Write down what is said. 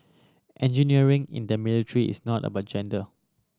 engineering in the military is not about gender